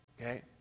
okay